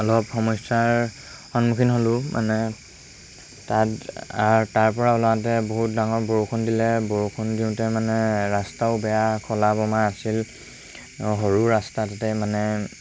অলপ সমস্যাৰ সন্মুখীন হ'লোঁ মানে তাত আৰু তাৰপৰা ওলওঁতে বহুত ডাঙৰ বৰষুণ দিলে বৰষুণ দিওঁতে মানে ৰাস্তাও বেয়া খলা বমা আছিল সৰু ৰাস্তা তাতে মানে